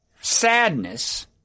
sadness